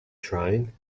train